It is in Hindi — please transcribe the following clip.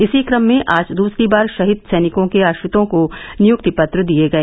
इसी कम में आज दूसरी बार शहीद सैनिकों के आश्रितों को नियुक्ति पत्र दिए गए